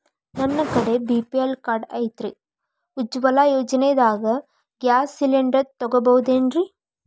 ನನ್ನ ಕಡೆ BPL card ಐತ್ರಿ, ಉಜ್ವಲಾ ಯೋಜನೆದಾಗ ಗ್ಯಾಸ್ ಸಿಲಿಂಡರ್ ತೊಗೋಬಹುದೇನ್ರಿ?